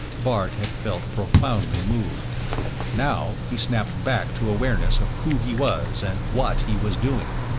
bart had felt profoundly moved now he snapped back to awareness of who he was and what he was doing.